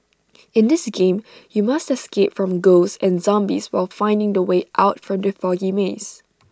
in this game you must escape from ghosts and zombies while finding the way out from the foggy maze